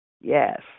yes